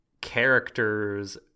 characters